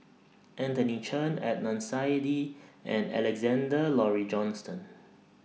Anthony Chen Adnan Saidi and Alexander Laurie Johnston